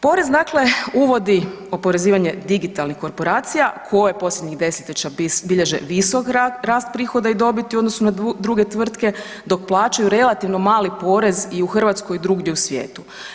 Porez dakle uvodi oporezivanje digitalnih korporacija koje posljednjih desetljeća bilježe visok rast prihoda i dobiti u odnosu na druge tvrtke, dok plaćaju relativno mali porez i u Hrvatskoj i drugdje u svijetu.